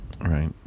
Right